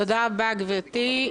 תודה רבה, גברתי.